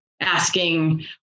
asking